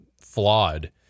flawed